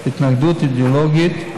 התנגדות אידיאולוגית,